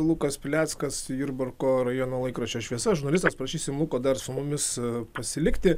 lukas pileckas jurbarko rajono laikraščio šviesa žurnalistas prašysim luko dar su mumis pasilikti